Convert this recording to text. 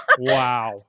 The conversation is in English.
wow